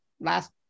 last